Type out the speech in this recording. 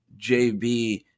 JB